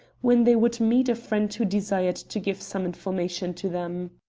when they would meet a friend who desired to give some information to them.